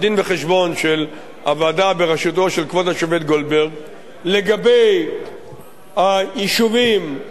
הוועדה בראשותו של כבוד השופט גולדברג לגבי היישובים הבדואיים,